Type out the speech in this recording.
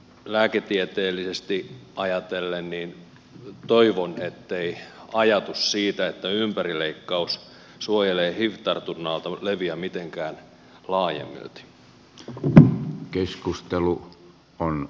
lääketieteellisesti ajatellen toivon ettei ajatus siitä että ympärileikkaus suojelee hiv tartunnalta leviä mitenkään laajemmalti